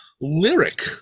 lyric